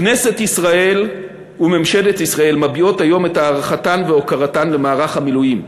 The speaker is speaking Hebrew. כנסת ישראל וממשלת ישראל מביעות היום את הערכתן והוקרתן למערך המילואים.